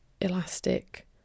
elastic